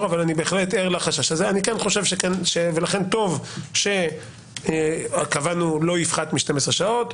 אבל אני בהחלט ער לחשש הזה ולכן טוב שקבענו לא יפחת מ-12 שעות,